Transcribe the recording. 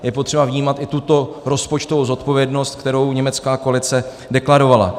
Je potřeba vnímat i tuto rozpočtovou zodpovědnost, kterou německá koalice deklarovala.